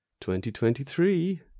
2023